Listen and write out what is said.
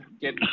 get